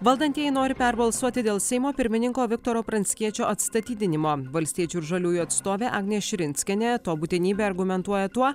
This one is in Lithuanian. valdantieji nori perbalsuoti dėl seimo pirmininko viktoro pranckiečio atstatydinimo valstiečių ir žaliųjų atstovė agnė širinskienė to būtinybę argumentuoja tuo